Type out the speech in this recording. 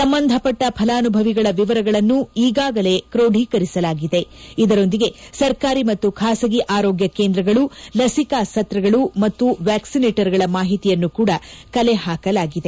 ಸಂಬಂಧಪಟ್ಟ ಫಲಾನುಭವಿಗಳ ವಿವರಗಳನ್ನು ಈಗಾಗಲೇ ಕೋಢೀಕರಿಸಲಾಗಿದೆ ಇದರೊಂದಿಗೆ ಸರ್ಕಾರಿ ಮತ್ತು ಖಾಸಗಿ ಆರೋಗ್ಯ ಕೇಂದ್ರಗಳು ಲಸಿಕಾ ಸತ್ರಗಳು ಮತ್ತು ವ್ಯಾಕ್ಲಿನೇಟರ್ ಗಳ ಮಾಹಿತಿಯನ್ನು ಕೂಡಾ ಕಲೆ ಹಾಕಲಾಗಿದೆ